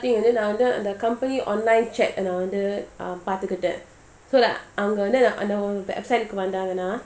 then another thing and then நான்வந்து:nan vandhu the company online chat நான்வந்துபார்த்துக்கிட்டேன்:nan vandhu parthukiten uh அங்கவந்து:anga vandhu so like வந்தாங்கனா:vanthangana